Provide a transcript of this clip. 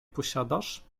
posiadasz